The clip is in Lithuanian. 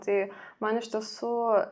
tai man iš tiesų